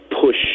push